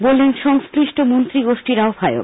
বললেন সংশ্লিষ্ট মন্ত্রী গোষ্ঠীর আহ্বায়ক